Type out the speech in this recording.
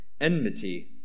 enmity